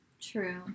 True